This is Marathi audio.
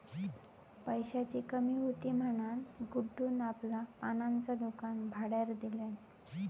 पैशाची कमी हुती म्हणान गुड्डून आपला पानांचा दुकान भाड्यार दिल्यान